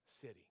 city